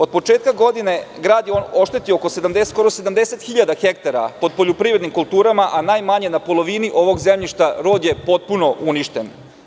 Od početka godine grad je oštetio skoro 70.000 hektara pod poljoprivrednim kulturama, a najmanje na polovini ovog zemljišta rod je potpuno uništen.